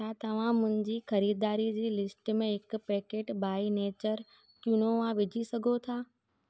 छा तव्हां मुंहिंजी ख़रीदारी जी लिस्ट में हिकु पैकेट बाएनेचर क्विनोआ विझी सघो था